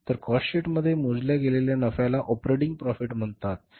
तर cost sheet मध्ये मोजल्या गेलेल्या नफ्याला ऑपरेटिंग प्रॉफिट म्हणतात बरोबर